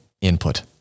input